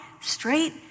straight